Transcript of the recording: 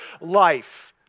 life